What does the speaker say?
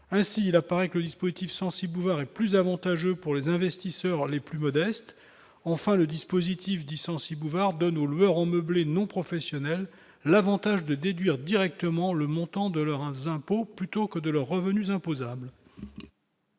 ainsi, il apparaît que le dispositif Censi-Bouvard est plus avantageux pour les investisseurs les plus modestes, enfin, le dispositif dit Censi-Bouvard donne olmero meublé non professionnel, l'Avantage de déduire directement le montant de leur impôt plutôt que de leurs revenus imposables.